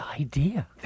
idea